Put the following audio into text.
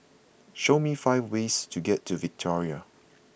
show me five ways to get to Victoria